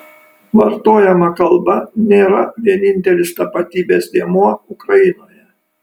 vartojama kalba nėra vienintelis tapatybės dėmuo ukrainoje